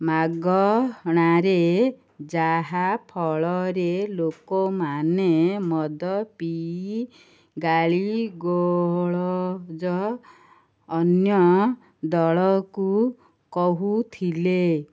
ମାଗଣାରେ ଯାହା ଫଳରେ ଲୋକମାନେ ମଦ ପିଇ ଗାଳି ଗୁଲଜ ଅନ୍ୟ ଦଳକୁ କହୁଥିଲେ